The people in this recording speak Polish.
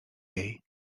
jej